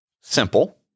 Simple